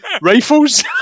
rifles